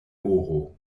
oro